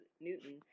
Newton